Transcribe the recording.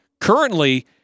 currently